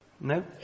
No